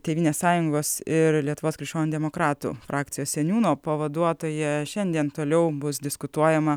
tėvynės sąjungos ir lietuvos krikščionių demokratų frakcijos seniūno pavaduotoja šiandien toliau bus diskutuojama